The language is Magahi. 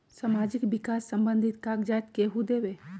समाजीक विकास संबंधित कागज़ात केहु देबे?